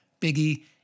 Biggie